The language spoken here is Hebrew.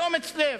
באומץ לב.